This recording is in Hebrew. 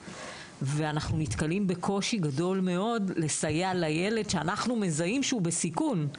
ואנחנו נתקלים בקושי גדול מאוד לסייע לילד שאנחנו מזהים שהוא בסיכון.